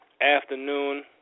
Afternoon